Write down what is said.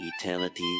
eternity